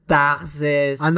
taxes